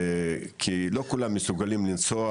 כי לא כולם מסוגלים לנסוע